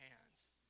hands